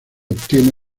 obtiene